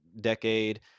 Decade